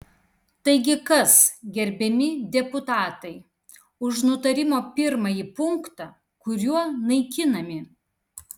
taigi kas gerbiami deputatai už nutarimo pirmąjį punktą kuriuo naikinami